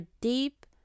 deep